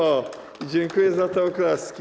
O, dziękuję za te oklaski.